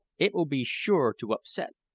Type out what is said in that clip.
it will be sure to upset,